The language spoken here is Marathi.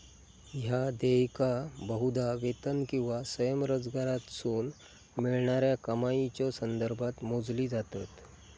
ह्या देयका बहुधा वेतन किंवा स्वयंरोजगारातसून मिळणाऱ्या कमाईच्यो संदर्भात मोजली जातत